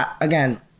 again